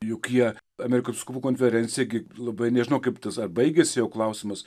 juk jie amerikos vyskupų konferencija kaip labai nežinau kaip tas ar baigėsi jau klausimas